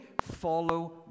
follow